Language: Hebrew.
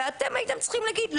ואתם הייתם צריכים להגיד,